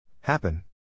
Happen